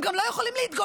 הם גם לא יכולים להתגונן.